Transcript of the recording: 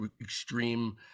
extreme